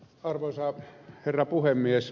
arvoisa herra puhemies